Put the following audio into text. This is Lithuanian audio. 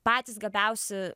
patys gabiausi